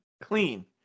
clean